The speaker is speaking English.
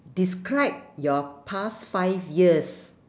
describe your past five years